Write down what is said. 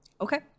okay